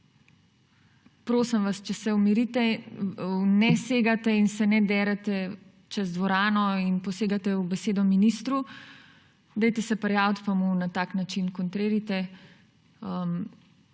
prosim vas, če se umirite, ne segajte in se ne derete čez dvorano in ne posegajte v besedo ministru. Prijavite se pa mu na tak način kontrirajte.